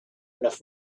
enough